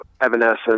Evanescence